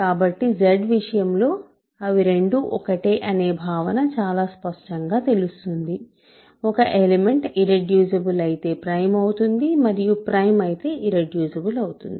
కాబట్టి Z విషయంలో అవి రెండూ ఒకటే అనే భావన చాలా స్పష్టంగా తెలుస్తుంది ఒక ఎలిమెంట్ ఇర్రెడ్యూసిబుల్ అయితే ప్రైమ్ అవుతుంది మరియు ప్రైమ్ అయితే ఇర్రెడ్యూసిబుల్ అవుతుంది